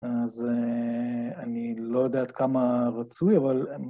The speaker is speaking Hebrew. אז אני לא יודע עד כמה רצוי, אבל...